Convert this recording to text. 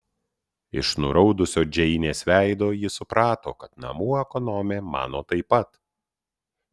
iš nuraudusio džeinės veido ji suprato kad namų ekonomė mano taip pat